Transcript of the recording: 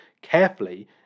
carefully